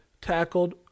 tackled